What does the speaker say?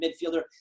midfielder